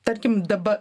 tarkim daba